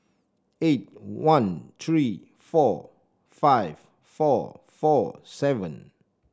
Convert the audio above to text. eight one three four five four four seven